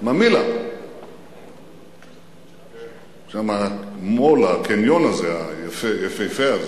ממילא, יש שםmall , הקניון היפהפה הזה,